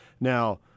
Now